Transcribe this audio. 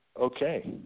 okay